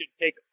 take